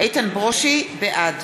בעד